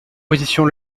position